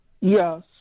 Yes